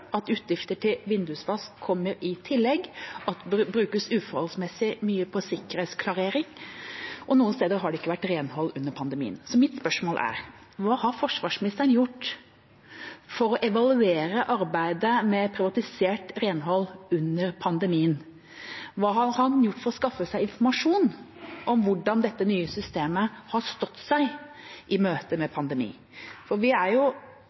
at utgifter til vindusvask kommer i tillegg, at det brukes uforholdsmessig mye på sikkerhetsklarering, og noen steder har det ikke vært renhold under pandemien. Mitt spørsmål er: Hva har forsvarsministeren gjort for å evaluere arbeidet med privatisert renhold under pandemien? Hva har han gjort for å skaffe seg informasjon om hvordan dette nye systemet har stått seg i møte med pandemien? Vi har jo